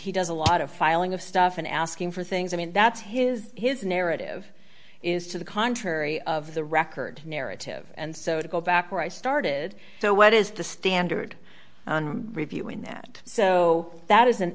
he does a lot of filing of stuff in asking for things i mean that's his his narrative is to the contrary of the record narrative and so to go back where i started so what is the standard reviewing that so that is an